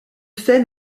fais